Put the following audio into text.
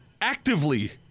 actively